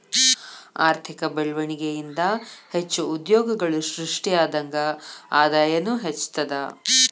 ಆರ್ಥಿಕ ಬೆಳ್ವಣಿಗೆ ಇಂದಾ ಹೆಚ್ಚು ಉದ್ಯೋಗಗಳು ಸೃಷ್ಟಿಯಾದಂಗ್ ಆದಾಯನೂ ಹೆಚ್ತದ